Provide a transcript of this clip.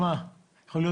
יכול להיות